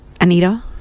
Anita